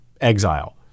exile